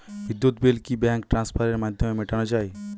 বিদ্যুৎ বিল কি ব্যাঙ্ক ট্রান্সফারের মাধ্যমে মেটানো য়ায়?